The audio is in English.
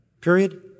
Period